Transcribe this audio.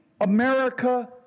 America